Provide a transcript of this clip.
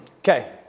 Okay